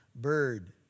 bird